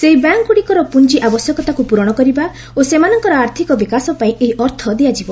ସେହି ବ୍ୟାଙ୍ଗୁଡ଼ିକର ପୁଞ୍ଜି ଆବଶ୍ୟକତାକୁ ପୂରଣ କରିବା ଓ ସେମାନଙ୍କର ଆର୍ଥିକ ବିକାଶ ପାଇଁ ଏହି ଅର୍ଥ ଦିଆଯିବ